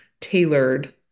tailored